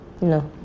No